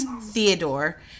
Theodore